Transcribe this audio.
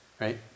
right